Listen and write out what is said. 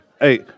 Hey